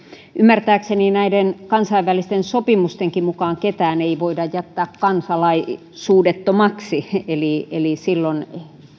ymmärtääkseni näiden kansainvälisten sopimustenkaan mukaan ketään ei voida jättää kansalaisuudettomaksi eli eli silloin